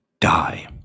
die